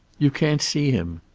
you can't see him.